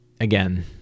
Again